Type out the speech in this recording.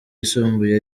yisumbuye